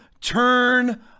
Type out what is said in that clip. turn